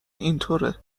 اینطوره